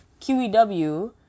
QEW